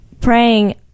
praying